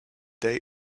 they